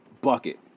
bucket